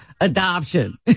adoption